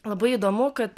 labai įdomu kad